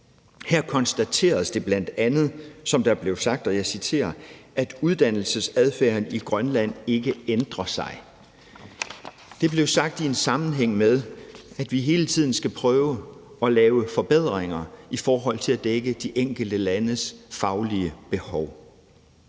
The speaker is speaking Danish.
Her konstateredes det bl.a., som der blev sagt: Uddannelsesadfærden i Grønland ændrer sig ikke. Det blev sagt i sammenhæng med, at vi hele tiden skal prøve at lave forbedringer i forhold til at dække de enkelte landes faglige behov.